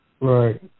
Right